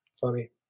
Funny